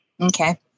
okay